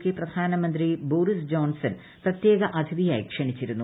K പ്രധാനമന്ത്രി Boris Johnson പ്രത്യേക അതിഥിയായി ക്ഷണിച്ചിരുന്നു